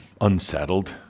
Unsettled